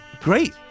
Great